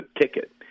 ticket